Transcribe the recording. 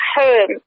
home